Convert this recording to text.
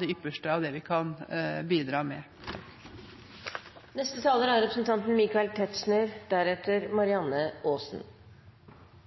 det ypperste av det vi kan bidra med. Ingen nasjonalstat kan bestå uten territoriell kontroll, herunder grensekontroll. Dette er